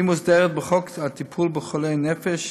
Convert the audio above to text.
והיא מוסדרת בחוק הטיפול בחולי הנפש,